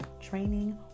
training